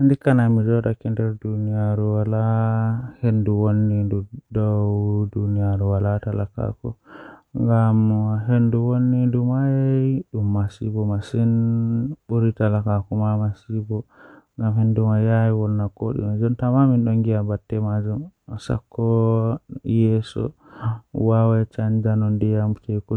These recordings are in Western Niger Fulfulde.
Jokkondir caɗeele e moƴƴaare glass cleaner walla ndiyam e sirri. Njidi ndiyam e caɗeele ngal e siki ngam sabu holla e ngal mirror. Fota njillataa nder haɓtude ko e moƴƴaare. Njillataa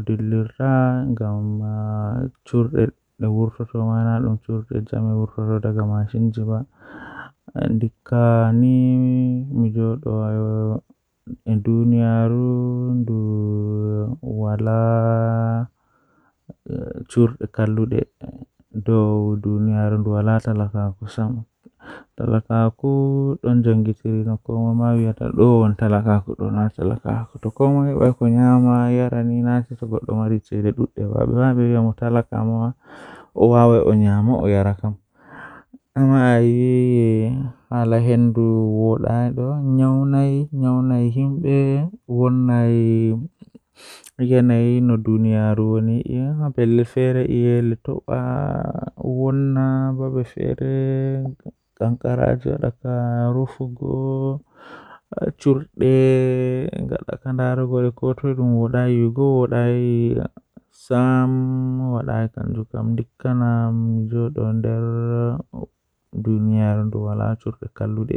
kaŋko ngam sabu ƴettude e ɗiɗi.